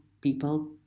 people